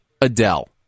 adele